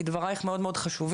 כי דברייך מאוד מאוד חשובים.